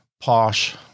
posh